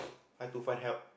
how to find help